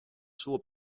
suo